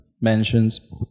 mentions